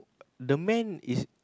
the man is